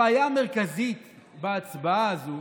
הבעיה המרכזית בהצבעה הזאת